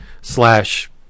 slash